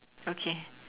okay